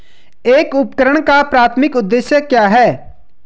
एक उपकरण का प्राथमिक उद्देश्य क्या है?